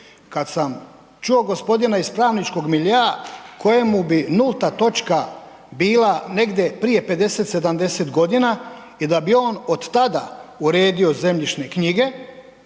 Kad sam čuo gospodina iz pravničkog miljea kojemu bi nulta točka bila negdje prije 50, 70 godina i da bi on od tada uredio zemljišne knjige,